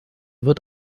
wird